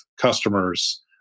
customers